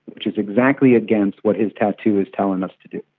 which is exactly against what his tattoo is telling us to do.